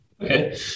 Okay